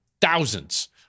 Thousands